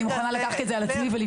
אני מוכנה לקחת את זה על עצמי ולבדוק.